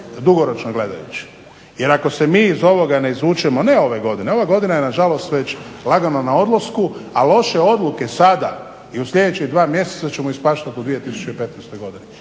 dugoročno gledajući jer ako se mi iz ovoga ne izvučemo, ne ove godine, ova godina je nažalost već lagano na odlasku, a loše odluke sada i u sljedećih 2 mjeseca ćemo ispaštati u 2015. godini,